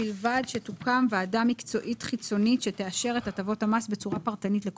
בלשונו יתווסף 'ובלבד שמדובר ביישובים אשר לפחות 30% ממבניה הציבוריים